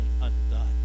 undone